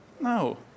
No